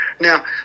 Now